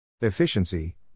Efficiency